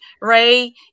Ray